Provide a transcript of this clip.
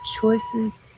choices